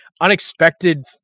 unexpected